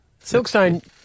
Silkstone